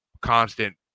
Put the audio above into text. constant